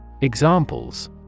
Examples